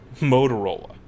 Motorola